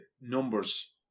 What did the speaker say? numbers